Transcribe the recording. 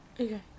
Okay